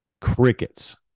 Crickets